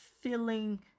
feeling